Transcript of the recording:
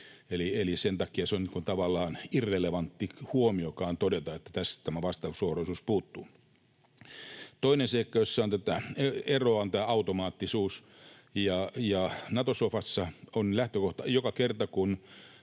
Eli sen takia se on tavallaan irrelevantti huomiokin todeta, että tästä tämä vastavuoroisuus puuttuu. Toinen seikka, jossa on tätä eroa, on tämä automaattisuus. Nato-sofassa on lähtökohta, että joka kerta, kun